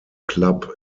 club